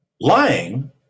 lying